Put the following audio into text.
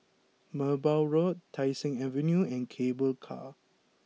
Merbau Road Tai Seng Avenue and Cable Car